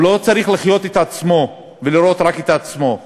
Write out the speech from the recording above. הוא לא צריך לחיות את עצמו ולראות רק את עצמו.